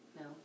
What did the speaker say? No